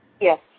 Yes